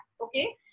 okay